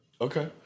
Okay